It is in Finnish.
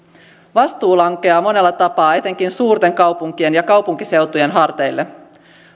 vastuu lankeaa monella tapaa etenkin suurten kaupunkien ja kaupunkiseutujen harteille